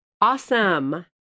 Awesome